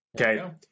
Okay